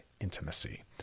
intimacy